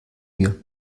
mir